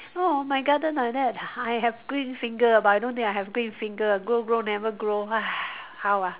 oh my garden like that I have green finger but I don't think I have green finger grow grow never grow how ah